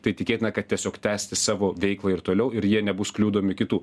tai tikėtina kad tiesiog tęsti savo veiklą ir toliau ir jie nebus kliudomi kitų